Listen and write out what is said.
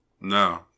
No